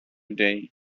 day